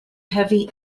heavy